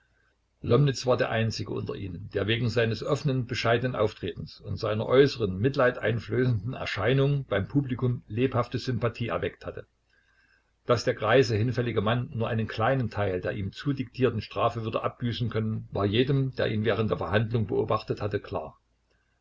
war der einzige unter ihnen der wegen seines offenen bescheidenen auftretens und seiner äußeren mitleid einflößenden erscheinung beim publikum lebhafte sympathie erweckt hatte daß der greise hinfällige mann nur einen kleinen teil der ihm zudiktierten strafe würde abbüßen können war jedem der ihn während der verhandlung beobachtet hatte klar